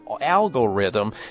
algorithm